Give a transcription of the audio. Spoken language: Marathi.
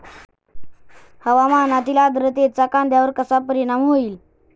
हवामानातील आर्द्रतेचा कांद्यावर कसा परिणाम होईल?